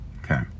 Okay